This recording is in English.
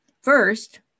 First